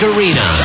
Arena